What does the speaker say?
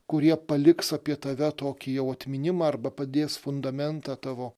kurie paliks apie tave tokį jau atminimą arba padės fundamentą tavo